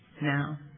now